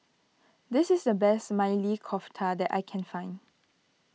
this is the best Maili Kofta that I can find